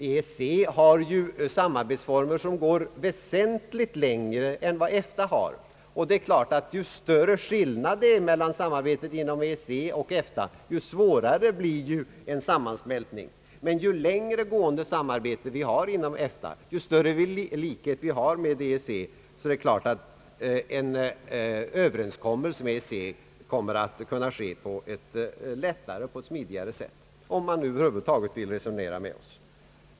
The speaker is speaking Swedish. EEC har samarbetsformer som går väsentligt längre än vad EFTA har. Det är klart att ju större skillnad det är mellan samarbetet inom EEC och inom EFTA, desto svårare blir en sammansmältning. Men ju längre gående samarbete vi har inom EFTA och ju större likhet vi har med EEC, desto lättare och smidigare kommer en överenskommelse med EEC att kunna ske — om man över huvud taget vill resonera med oss.